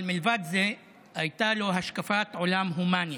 אבל מלבד זה, הייתה לו השקפת עולם הומנית.